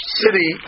city